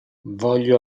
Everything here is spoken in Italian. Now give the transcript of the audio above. voglio